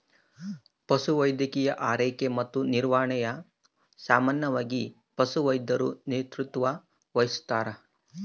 ಪಶುವೈದ್ಯಕೀಯ ಆರೈಕೆ ಮತ್ತು ನಿರ್ವಹಣೆನ ಸಾಮಾನ್ಯವಾಗಿ ಪಶುವೈದ್ಯರು ನೇತೃತ್ವ ವಹಿಸ್ತಾರ